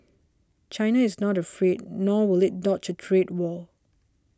China is not afraid nor will it dodge a trade war